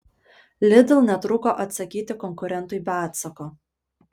lidl netruko atsakyti konkurentui be atsako